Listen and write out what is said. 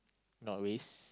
not race